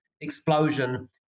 explosion